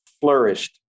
flourished